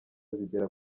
zigera